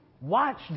Watch